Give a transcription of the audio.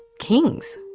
kings.